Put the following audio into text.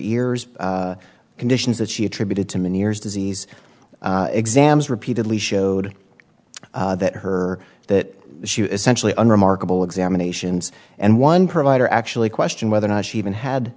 ears conditions that she attributed to many years disease exams repeatedly showed that her that she essentially unremarkable examinations and one provider actually questioned whether or not she even had